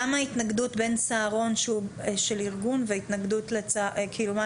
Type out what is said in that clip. למה ההתנגדות בין צהרון שהוא של ארגון והתנגדות כאילו,